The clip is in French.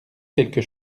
quelque